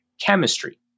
chemistry